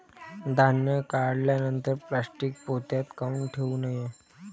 धान्य काढल्यानंतर प्लॅस्टीक पोत्यात काऊन ठेवू नये?